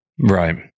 Right